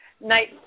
night